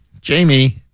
Jamie